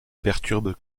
perturbe